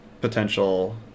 potential